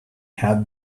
had